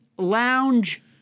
lounge